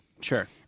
Sure